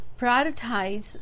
prioritize